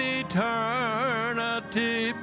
eternity